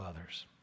others